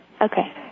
Okay